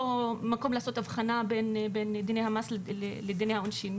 מקום לעשות הבחנה בין דיני המס לדיני העונשין.